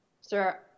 Sir